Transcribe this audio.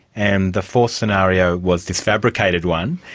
and the fourth scenario was this fabricated one.